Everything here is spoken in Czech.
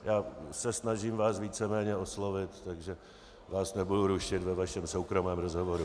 Já se snažím vás víceméně oslovit, takže vás nebudu rušit ve vašem soukromém rozhovoru.